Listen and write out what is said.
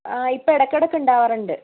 ആ ഇപ്പം ഇടക്കിടയ്ക്ക് ഉണ്ടാവാറുണ്ട്